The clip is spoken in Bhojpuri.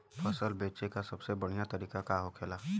फसल बेचे का सबसे बढ़ियां तरीका का होखेला?